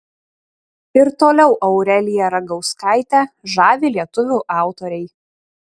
ir toliau aureliją ragauskaitę žavi lietuvių autoriai